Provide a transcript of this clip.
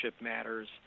matters